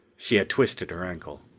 she had twisted her ankle.